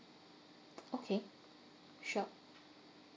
okay sure